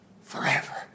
forever